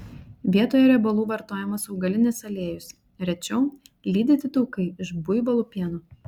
vietoje riebalų vartojamas augalinis aliejus rečiau lydyti taukai iš buivolų pieno